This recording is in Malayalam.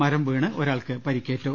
മരം വീണ് ഒരാൾക്ക് പരിക്കേറ്റു